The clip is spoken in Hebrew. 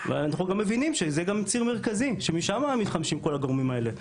ואנחנו גם מבינים שזה גם ציר מרכזי שמשם מתחמשים כל הגורמים האלה,